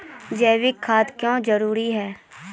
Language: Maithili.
जैविक खाद क्यो जरूरी हैं?